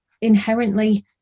inherently